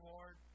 Lord